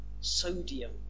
sodium